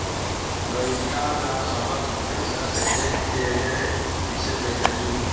लइका ला शहर पैसा भेजें के हे, किसे भेजाही